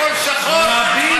הכול שחור,